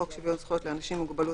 חוק שוויון זכויות לאנשים עם מוגבלות,